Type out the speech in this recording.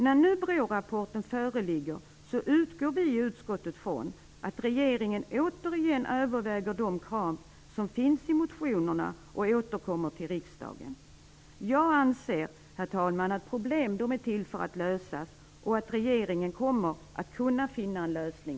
När nu BRÅ-rapporten föreligger utgår vi i utskottet från att regeringen återigen överväger de krav som framförs i motionerna och återkommer till riksdagen. Jag anser, herr talman, att problem är till för att lösas och att regeringen kommer att kunna finna en lösning.